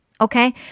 Okay